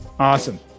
Awesome